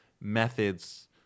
methods